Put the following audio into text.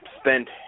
spent